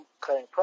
cutting